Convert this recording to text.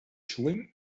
schulen